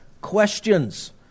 questions